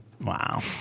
Wow